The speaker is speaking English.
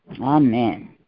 Amen